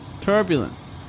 Turbulence